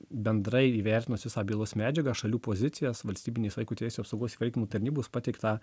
bendrai įvertinus visą bylos medžiagą šalių pozicijas valstybinės vaiko teisių apsaugos įvaikinimo tarnybos pateiktą